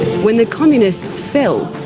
when the communists fell,